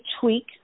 tweak